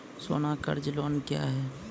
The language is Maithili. सोना कर्ज लोन क्या हैं?